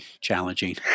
challenging